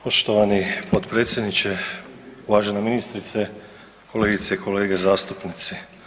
Poštovani potpredsjedniče, uvažena ministrice, kolegice i kolege zastupnici.